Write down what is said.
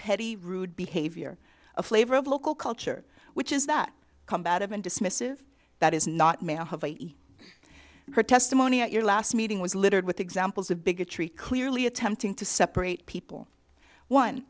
petty rude behavior a flavor of local culture which is that combative and dismissive that is not may i have her testimony at your last meeting was littered with examples of bigotry clearly attempting to separate people one